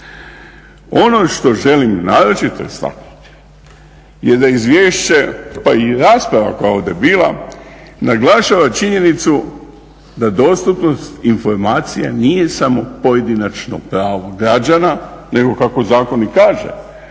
Ono što želim naročito istaknuti je da izvješće pa i rasprava koja je ovdje bila naglašava činjenicu da dostupnost informacije nije samo pojedinačno pravo građana nego kako zakon i kaže,